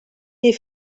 des